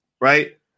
right